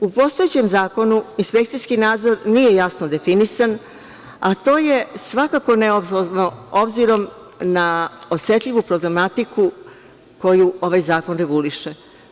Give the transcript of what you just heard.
U postojećem zakonu inspekcijski nadzor nije jasno definisan, a to je svakako neodložno, obzirom na osetljivu problematiku koju ovaj zakon reguliše.